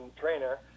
trainer